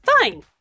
fine